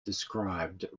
described